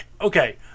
okay